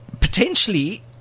potentially